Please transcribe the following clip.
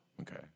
Okay